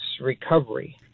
recovery